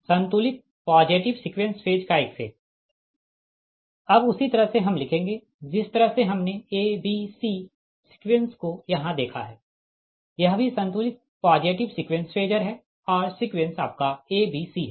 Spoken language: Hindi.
संतुलित पॉजिटिव सीक्वेंस फेज का एक सेट अब उसी तरह से हम लिखेंगे जिस तरह से हमने a b c सीक्वेंस को यहाँ देखा है यह भी संतुलित पॉजिटिव सीक्वेंस फेजर है और सीक्वेंस आपका a b c है